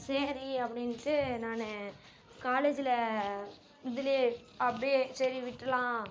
சரி அப்படின்ட்டு நான் காலேஜில் இதிலையே அப்படியே சரி விட்ரலாம்